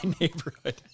neighborhood